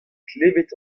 klevet